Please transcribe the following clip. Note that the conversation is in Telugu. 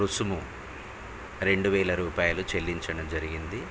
రుసుము రెండు వేల రూపాయలు చెల్లించడం జరిగింది